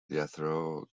jethro